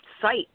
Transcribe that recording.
site